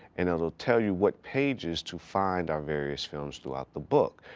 and it'll tell you what pages to find our various films throughout the book.